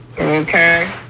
Okay